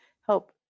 help